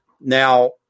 Now